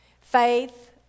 faith